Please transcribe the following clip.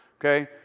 okay